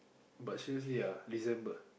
but seriously ah December